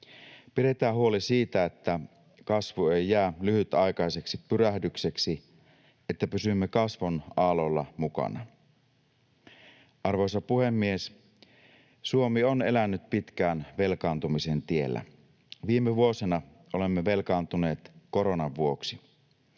Pidetään huoli siitä, että kasvu ei jää lyhytaikaiseksi pyrähdykseksi, että pysymme kasvun aallolla mukana. Arvoisa puhemies! Suomi on elänyt pitkään velkaantumisen tiellä. Viime vuosina olemme velkaantuneet koronan vuoksi.